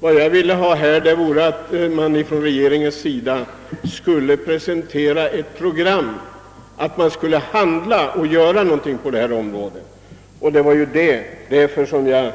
Vad jag ville var att regeringen skulle presentera ett handlingsprogram på detta område, och det var av denna anledning jag